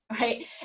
right